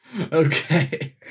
Okay